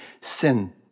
sin